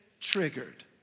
triggered